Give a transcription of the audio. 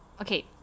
okay